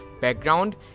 background